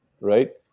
right